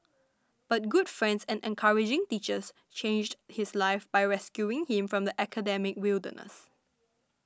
but good friends and encouraging teachers changed his life by rescuing him from the academic wilderness